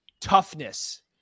toughness